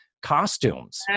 costumes